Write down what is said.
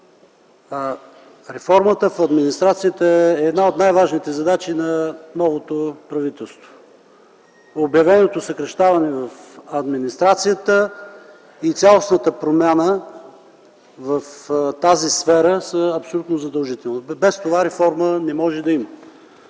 Реформата в администрацията е една от най-важните задачи на новото правителство. Обявеното съкращаване в администрацията и цялостната промяна в тази сфера са абсолютно задължителни. Без това реформа не може да има.